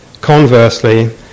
Conversely